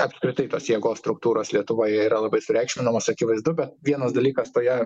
apskritai tos jėgos struktūros lietuvoje yra labai sureikšminamos akivaizdu bet vienas dalykas toje